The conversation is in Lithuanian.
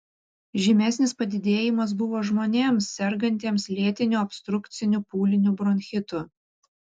žymesnis padidėjimas buvo žmonėms sergantiems lėtiniu obstrukciniu pūliniu bronchitu